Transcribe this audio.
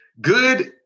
Good